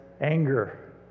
anger